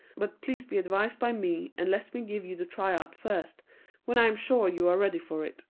but please be advised by me and let me give you the tryout first when i am sure you are ready for it.